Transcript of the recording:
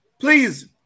Please